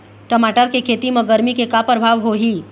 टमाटर के खेती म गरमी के का परभाव होही?